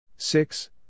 Six